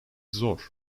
zor